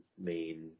main